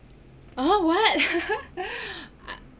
uh what I